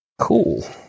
Cool